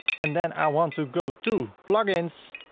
and then i want to go to plugins,